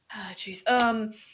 jeez